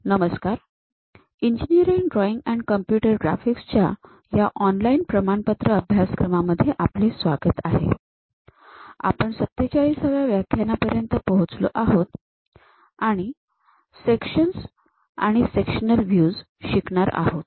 नमस्कार engineering drawing and computer graphics च्या या ऑनलाईन प्रमाणपत्र अभ्यासक्रमामध्ये आपले स्वागत आहे आपण ४७ व्या व्याख्यानपर्यंत पोहोचलो आहोत आणि सेक्शन्स आणि सेक्शनल व्ह्यूज शिकणार आहोत